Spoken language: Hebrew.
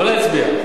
לא להצביע.